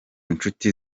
nshuti